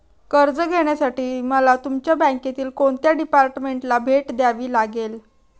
कर्ज घेण्यासाठी मला तुमच्या बँकेतील कोणत्या डिपार्टमेंटला भेट द्यावी लागेल?